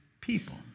people